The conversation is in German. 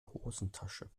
hosentasche